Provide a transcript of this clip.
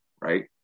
right